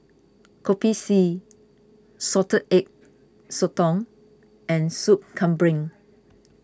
Kopi C Salted Egg Sotong and Sop Kambing